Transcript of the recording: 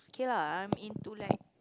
okay lah I am into like